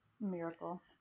Miracle